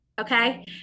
Okay